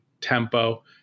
tempo